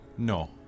No